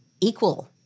equal